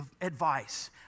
advice